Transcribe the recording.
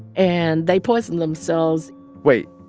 and they poisoned themselves wait,